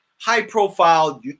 high-profile